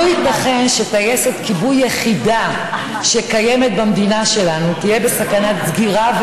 לא ייתכן שטייסת כיבוי יחידה שקיימת במדינה שלנו תהיה בסכנת סגירה,